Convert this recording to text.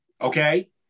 Okay